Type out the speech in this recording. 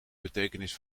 betekenis